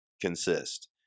consist